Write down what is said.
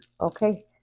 okay